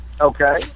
Okay